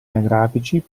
anagrafici